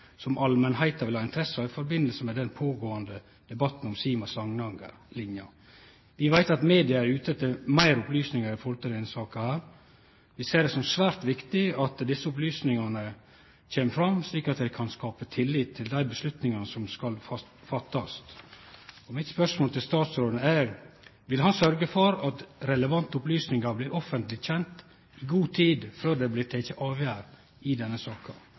som allmennheten vil ha interesse av i forbindelse med den pågående debatten omkring Sima-Samnanger linjen?» Vi veit at media er ute etter fleire opplysningar i denne saka. Vi ser det som svært viktig at desse opplysningane kjem fram, slik at det kan skape tillit til dei avgjerdene som skal takast. Mitt spørsmål til statsråden er: Vil han sørgje for at relevante opplysningar blir offentleg kjende, i god tid før det blir teke avgjerd i denne saka?